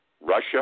Russia